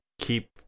keep